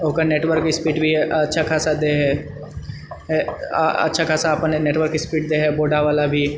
ओकर network speed भी अच्छा खासा देहै अच्छा खासा अपने नेटवर्क स्पीड देहै वोडा वाला भी